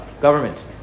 government